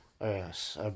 Yes